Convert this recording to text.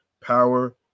power